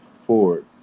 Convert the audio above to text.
forward